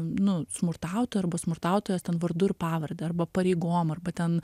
nu smurtautoju arba smurtautojas ten vardu ir pavarde arba pareigom arba ten